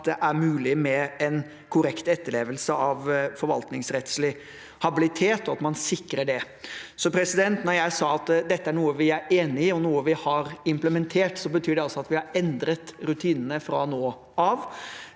at det er mulig med en korrekt etterlevelse av forvaltningsrettslig habilitet, og at man sikrer det. Da jeg sa at dette er noe vi er enig i, og noe vi har implementert, betyr det altså at vi har endret rutinene fra nå av.